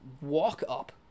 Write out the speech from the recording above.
walk-up